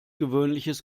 gewöhnliches